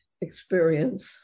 experience